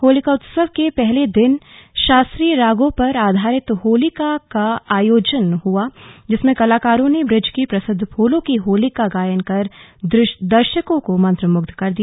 होलिकोत्सव के पहले दिन शास्त्रीय रागों पर आधारित होली का आयोजन हुआ जिसमें कलाकारों ने बूज की प्रसिद्ध फूलों की होली का गायन कर दर्शकों को मंत्रमुग्ध कर दिया